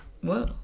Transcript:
Whoa